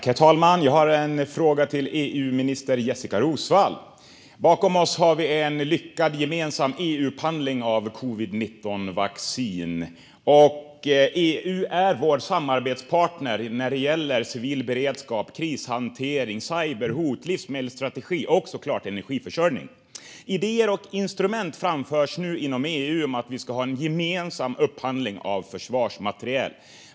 Herr talman! Jag har en fråga till EU-minister Jessika Roswall. Bakom oss har vi en lyckad gemensam EU-upphandling av covid-19-vaccin, och EU är vår samarbetspartner när det gäller civil beredskap, krishantering, cyberhot, livsmedelsstrategi och, såklart, energiförsörjning. Idéer och instrument framförs nu inom EU om att vi ka ha en gemensam upphandling av försvarsmateriel.